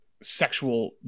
sexual